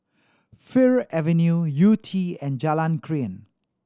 Fir Avenue Yew Tee and Jalan Krian